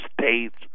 States